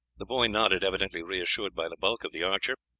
the boy nodded, evidently reassured by the bulk of the archer,